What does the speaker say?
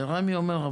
ורמ"י אומר,